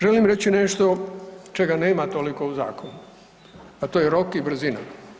Želim reći nešto čega nema toliko u zakonu, a to je rok i brzina.